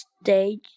stage